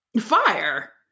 Fire